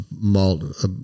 malt